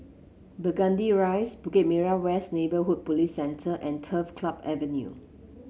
Burgundy Rise Bukit Merah West Neighbourhood Police Centre and Turf Club Avenue